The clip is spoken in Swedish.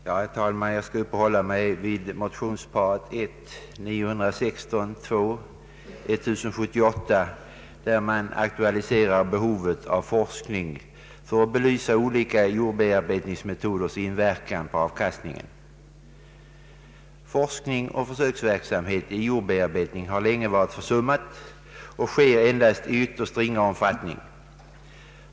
Herr talman! Jag skall uppehålla mig vid motionsparet I1:916 och II: 1078, vari aktualiseras behovet av forskning för att belysa olika jordbearbetningsmetoders inverkan på avkastningen. Forskning och försöksverksamhet i jordbearbetning har länge försummats och sker endast i ytterst ringa omfattning.